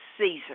Caesar